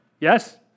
yes